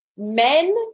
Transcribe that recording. Men